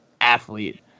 athlete